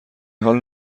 حال